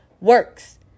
works